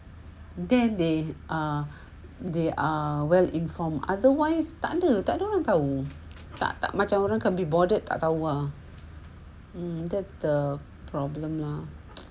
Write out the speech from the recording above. then they are they are well informed otherwise takde takde orang tahu tak tak macam orang be bothered takde orang tahu lah um that's the problem lah